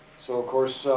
so, of course,